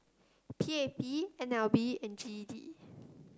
P A P N L B and G E D